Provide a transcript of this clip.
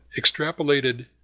extrapolated